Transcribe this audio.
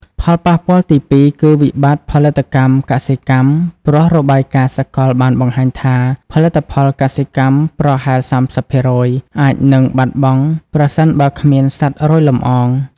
ផលប៉ះពាល់ទីពីរគឺវិបត្តិផលិតកម្មកសិកម្ម ព្រោះរបាយការណ៍សកលបានបង្ហាញថា ផលិតផលកសិកម្មប្រហែល ៣០% អាចនឹងបាត់បង់ ប្រសិនបើគ្មានសត្វរោយលំអង។